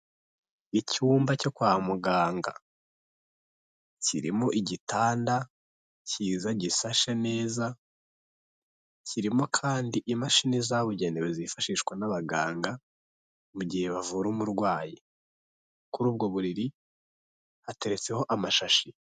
Icyumba cyo kwa muganga kirimo igitanda kiza gisashe neza, kirimo kandi imashini zabugenewe zifashishwa n'abaganga mu gihe bavura umurwayi. Kuri ubwo buriri hateretseho amashashi.